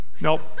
nope